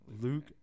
Luke